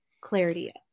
clarity